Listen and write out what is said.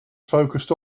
focused